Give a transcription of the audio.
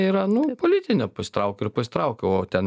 yra nu politinė pasitraukia ir pasitraukia o ten